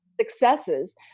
successes